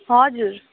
हजुर